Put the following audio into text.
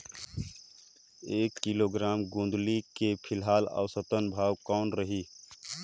एक किलोग्राम गोंदली के फिलहाल औसतन भाव कौन रही?